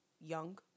young